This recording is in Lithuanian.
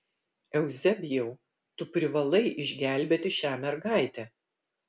euzebijau tu privalai išgelbėti šią mergaitę